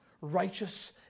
righteous